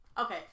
Okay